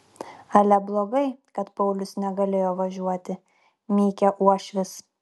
ale blogai kad paulius negalėjo važiuoti mykė uošvis